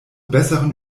besseren